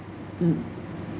mm